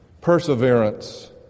perseverance